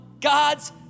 god's